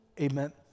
Amen